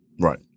Right